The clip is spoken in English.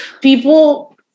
people